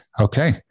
Okay